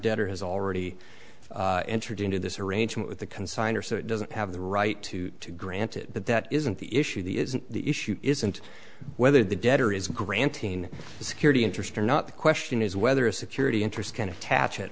debtor has already entered into this arrangement with the consigner so it doesn't have the right to granted but that isn't the issue the isn't the issue isn't whether the debtor is granting a security interest or not the question is whether a security interest can attach it